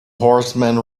horseman